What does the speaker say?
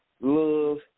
love